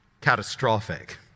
catastrophic